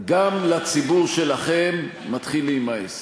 גם לציבור שלכם מתחיל להימאס,